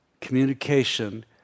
communication